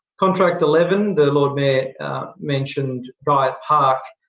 contract eleven, the lord mayor mentioned guyatt park.